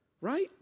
Right